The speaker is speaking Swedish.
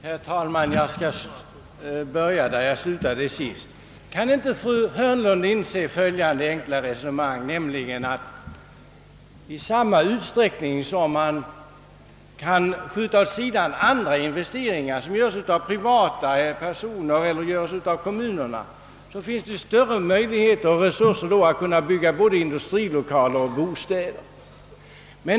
Herr talman! Jag skall börja där jag slutade sist. Kan inte fru Hörnlund inse följande enkla resonemang, nämligen att i samma utsträckning som man kan skjuta åt sidan andra investeringar, som skulle göras av privata personer eller av kommunerna, finns det större möjlighet att få resurser att bygga mer av både industrilokaler och bostäder.